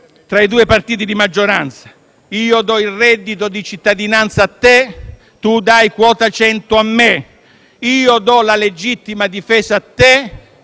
tra i due partiti di maggioranza: «Io do il reddito di cittadinanza a te, tu dai quota 100 a me»; «io do la legittima difesa a te,